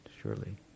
surely